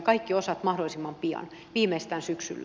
kaikki osat mahdollisimman pian viimeistään syksyllä